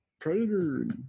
Predator